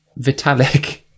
vitalik